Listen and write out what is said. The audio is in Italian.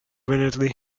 venerdì